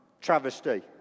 Travesty